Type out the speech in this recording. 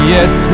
Yes